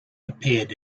appeared